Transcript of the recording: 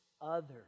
others